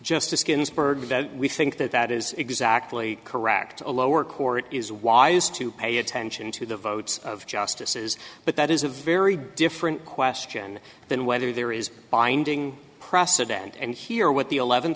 ginsburg we think that that is exactly correct a lower court is wise to pay attention to the votes of justices but that is a very different question than whether there is binding precedent and here what the eleventh